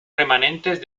remanentes